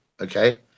okay